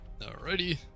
Alrighty